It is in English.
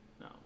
no